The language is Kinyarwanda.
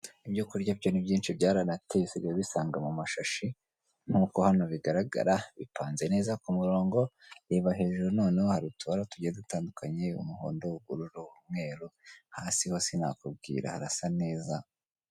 Ibyo kurya byo ni byinshi byaranateye usigaye ubisanga mu mashashi, nkuko hano bigaragara, bipanze neza ku murongo, reba hejuru noneho hari utubara tugiye dutandukanye, umuhondo, ubururu, umweru, hasi ho sinakubwira, harasa neza.